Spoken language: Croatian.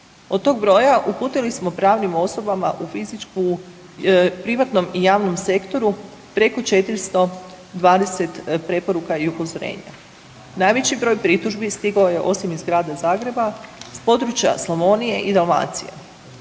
Od tog broja uputili smo pravnim osobama u fizičku, privatnom i javnom sektoru preko 420 preporuka i upozorenja. Najveći broj pritužbi stigao je, osim iz Grada Zagreba s područja Slavonije i Dalmacije.